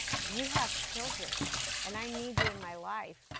you have children and i need you in my life.